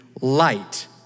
light